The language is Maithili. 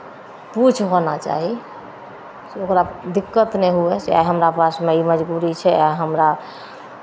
पूछ होना चाही से ओकरा दिक्कत नहि हुए से हमरा पासमे ई मजबूरी छै आ हमरा